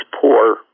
poor